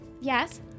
Yes